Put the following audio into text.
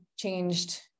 changed